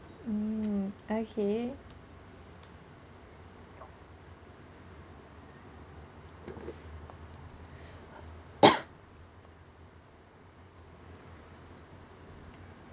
hmm okay